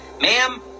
Ma'am